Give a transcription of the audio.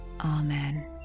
Amen